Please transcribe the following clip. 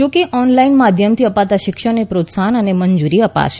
જોકે ઓનલાઇન માધ્યમથી અપાતા શિક્ષણને પ્રોત્સાફન અને મંજૂરી અપાશે